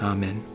Amen